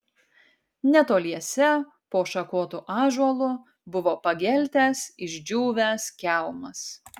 netoliese po šakotu ąžuolu buvo pageltęs išdžiūvęs kelmas